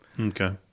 Okay